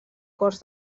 cors